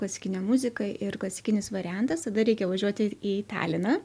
klasikine muzika ir klasikinis variantas tada reikia važiuoti į taliną